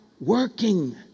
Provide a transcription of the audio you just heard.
working